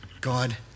God